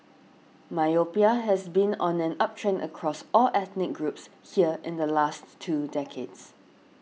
myopia has been on an uptrend across all ethnic groups here in the last two decades